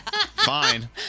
fine